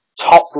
top